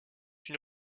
une